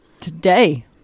Today